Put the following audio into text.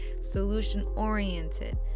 solution-oriented